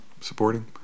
supporting